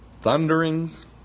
Thunderings